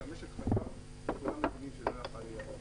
כשהמשק חזר, כולם מבינים שזה לא יכול להימשך.